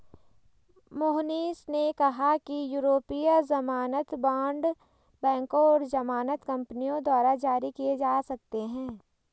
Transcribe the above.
मोहनीश ने कहा कि यूरोपीय ज़मानत बॉण्ड बैंकों और ज़मानत कंपनियों द्वारा जारी किए जा सकते हैं